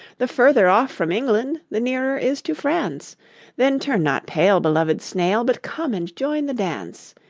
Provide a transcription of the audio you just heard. the further off from england the nearer is to france then turn not pale, beloved snail, but come and join the dance.